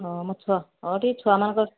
ହଁ ମୋ ଛୁଆ ହଁ ଟିକିଏ ଛୁଆମାନଙ୍କର